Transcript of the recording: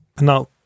Now